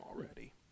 already